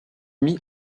mis